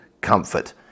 comfort